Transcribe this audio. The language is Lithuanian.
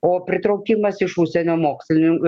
o pritraukimas iš užsienio mokslininkų